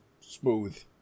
smooth